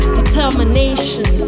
determination